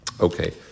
okay